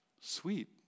sweet